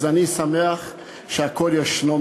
אז אני שמח שהכול ישנו,